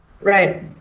right